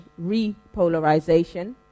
repolarization